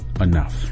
enough